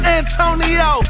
Antonio